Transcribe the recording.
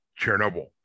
chernobyl